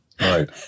Right